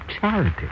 charity